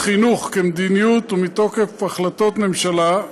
משרד החינוך, כמדיניות, ומתוקף החלטות הממשלה,